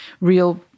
real